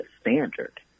standard